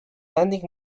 lending